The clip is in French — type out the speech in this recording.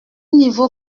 niveau